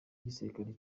y’igisirikare